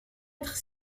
être